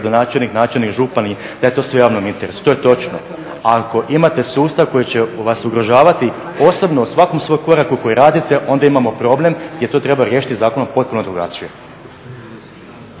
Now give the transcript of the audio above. gradonačelnike, načelnike, župane da je to sve u javnom interesu. To je točno, ali ako imate sustav koji će vas ugrožavati osobno u svakom svom koraku koji radite onda imamo problem jer to treba riješiti zakonom potpuno drugačije.